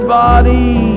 body